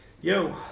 Yo